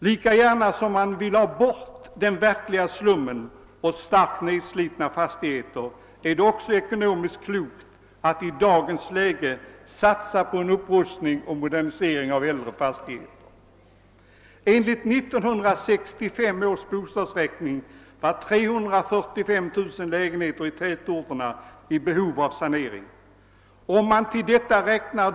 Lika angeläget som det är att man får bort den verkliga slummen och de starkt nedslitna fastigheterna är det att man i dagens läge satsar på en upprustning och modernisering av äldre fastigheter. Enligt 1965 års bostadsräkning var 345 000 lägenheter i tätorterna i behov av sanering.